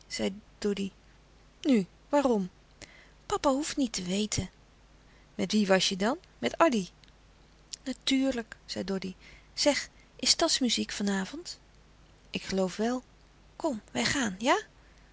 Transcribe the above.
doddy nu waarom pa hoef niet te weten met wie was je dan met addy natuurlijk zei doddy zeg is stadsmuziek van avond ik geloof wel kom wij gaan ja